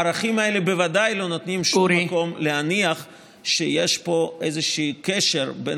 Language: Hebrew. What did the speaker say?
הערכים האלה בוודאי לא נותנים שום מקום להניח שיש פה קשר בין